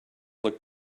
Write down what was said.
look